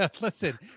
Listen